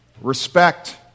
Respect